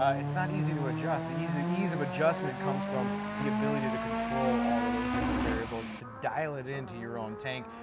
it's not easy to adjust. the ease of adjustment comes from the ability to control all of those different variables, to dial it in to your own tank.